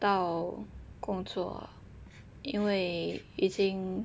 到工作应为已经